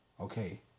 Okay